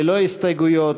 ללא הסתייגויות,